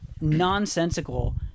nonsensical